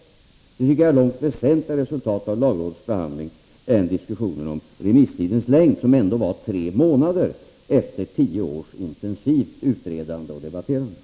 Det är ett långt väsentligare resultat av lagrådets behandling än diskussionen om remisstidens längd, som ändå var tre månader, efter tio års intensivt utredande och debatterande.